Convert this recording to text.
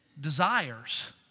desires